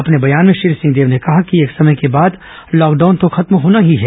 अपने बयान में श्री सिंहदेव ने कहा कि एक समय के बाद लॉकडाउन तो खत्म होना ही है